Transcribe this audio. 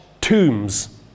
tombs